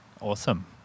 awesome